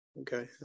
Okay